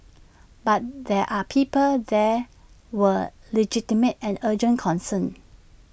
but there are people there were legitimate and urgent concerns